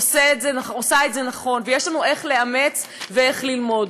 עושה את זה נכון, ויש לנו איך לאמץ ואיך ללמוד.